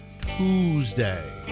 Tuesday